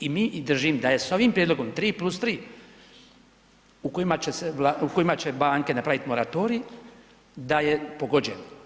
I mi i držim da je s ovim prijedlogom, 3+3 u kojima će banke napravit moratorij, da je pogođeno.